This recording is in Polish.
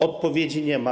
Odpowiedzi nie ma.